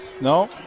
No